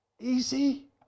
easy